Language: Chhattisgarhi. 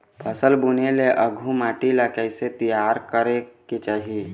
फसल बुने ले आघु माटी ला कइसे तियार करेक चाही?